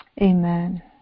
Amen